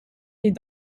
est